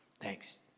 Thanks